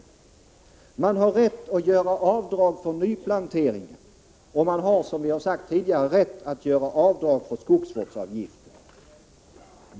Man har rätt att göra avdrag för nyplantering. Och man har, som det har sagts tidigare, rätt att göra avdrag för skogsvårdsavgiften.